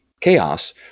chaos